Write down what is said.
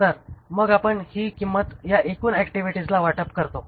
तर मग आम्ही ही किंमत या एकूण ऍक्टिव्हिटीजला वाटप करतो